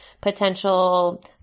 potential